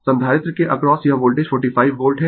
संधारित्र के अक्रॉस यह वोल्टेज 45 वोल्ट है